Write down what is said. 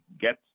get